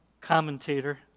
commentator